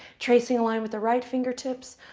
tracing a line with the right fingertips.